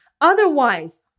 Otherwise